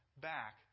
back